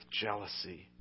jealousy